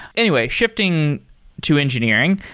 anyway, shifting to engineering,